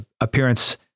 appearance